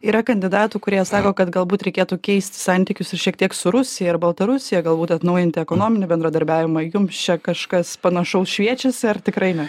yra kandidatų kurie sako kad galbūt reikėtų keisti santykius ir šiek tiek su rusija ir baltarusija galbūt atnaujinti ekonominį bendradarbiavimą jums čia kažkas panašaus šviečiasi ar tikrai ne